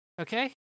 Okay